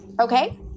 Okay